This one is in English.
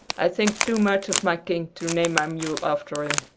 i think too much of my king to name my mule after him.